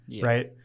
right